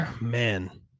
Man